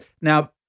Now